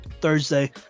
Thursday